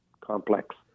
complex